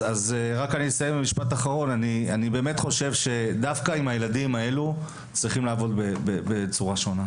אסיים במשפט אחרון: דווקא עם הילדים האלו צריך לעבוד בצורה שונה,